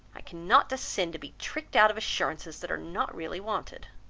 i cannot descend to be tricked out of assurances, that are not really wanted.